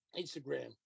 Instagram